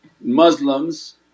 Muslims